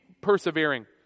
persevering